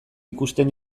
ikusten